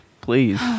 please